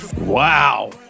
Wow